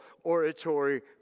oratory